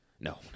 No